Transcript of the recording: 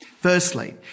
Firstly